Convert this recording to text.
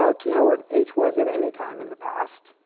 ah to know what h was at any time in the past.